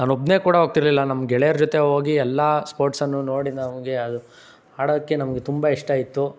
ನಾನೊಬ್ಬನೇ ಕೂಡ ಹೋಗ್ತಿರ್ಲಿಲ್ಲ ನಮ್ಮ ಗೆಳೆಯರ ಜೊತೆ ಹೋಗಿ ಎಲ್ಲ ಸ್ಪೋರ್ಟ್ಸನ್ನೂ ನೋಡಿ ನಮ್ಗೆ ಅದು ಆಡೋಕ್ಕೆ ನಮ್ಗೆ ತುಂಬ ಇಷ್ಟ ಇತ್ತು